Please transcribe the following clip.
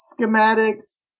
schematics